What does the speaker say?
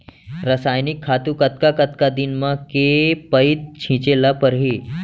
रसायनिक खातू कतका कतका दिन म, के पइत छिंचे ल परहि?